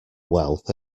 wealth